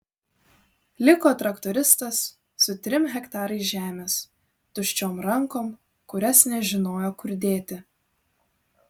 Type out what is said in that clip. liko traktoristas su trim hektarais žemės tuščiom rankom kurias nežinojo kur dėti